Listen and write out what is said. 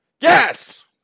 Yes